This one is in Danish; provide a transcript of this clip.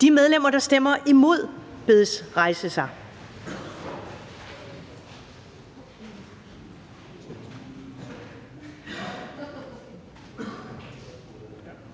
De medlemmer, der stemmer imod, bedes rejse sig.